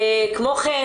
כמוכן,